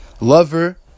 lover